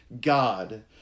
God